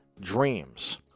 dreams